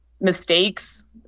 mistakes